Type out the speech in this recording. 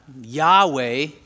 Yahweh